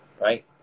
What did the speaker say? right